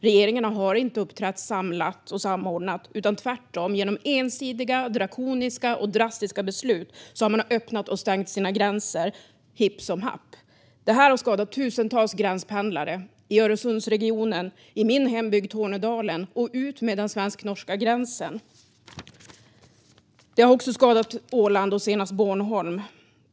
Regeringarna har inte uppträtt samlat och samordnat, utan man har tvärtom genom ensidiga drakoniska och drastiska beslut öppnat och stängt sina gränser hipp som happ. Det här har skadat tusentals gränspendlare i Öresundsregionen, i min hembygd Tornedalen och utmed den svensk-norska gränsen. Det har också skadat Åland och senast Bornholm.